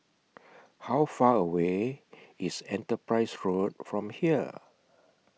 How Far away IS Enterprise Road from here